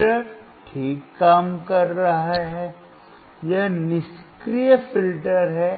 filter ठीक काम कर रहा है यह निष्क्रिय फ़िल्टर है